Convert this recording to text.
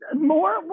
More